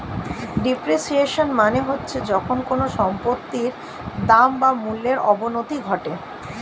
depreciation মানে হচ্ছে যখন কোনো সম্পত্তির দাম বা মূল্যর অবনতি ঘটে